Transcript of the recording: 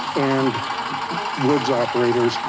and woods operators,